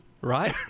right